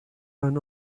ran